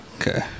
Okay